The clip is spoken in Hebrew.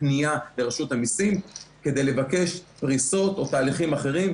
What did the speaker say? פנייה לרשות המיסים כדי לבקש פריסות או תהליכים אחרים.